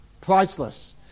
Priceless